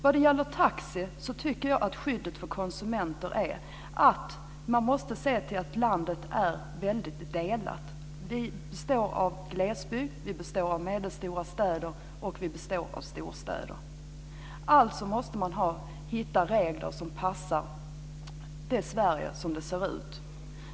Vad det gäller taxi och skyddet för konsumenter tycker jag att man måste se till att landet är väldigt delat. Vi består av glesbygd, av medelstora städer och av storstäder. Alltså måste man hitta regler som passar Sverige som Sverige ser ut.